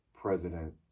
president